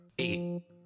eight